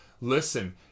listen